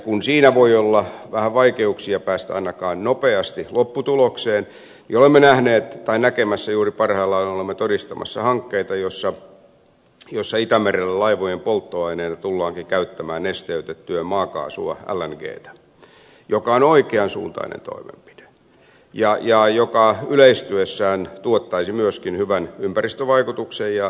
kun siinä voi olla vähän vaikeuksia päästä ainakaan nopeasti lopputulokseen niin olemme nähneet tai näkemässä ja juuri parhaillaan olemme todistamassa hankkeita joissa itämerellä laivojen polttoaineena tullaankin käyttämään nesteytettyä maakaasua lngtä mikä on oikean suuntainen toimenpide joka yleistyessään tuottaisi myöskin hyvän ympäristövaikutuksen